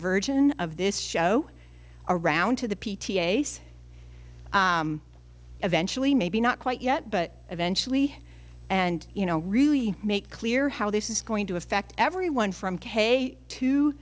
version of this show around to the eventually maybe not quite yet but eventually and you know really make clear how this is going to affect everyone from k to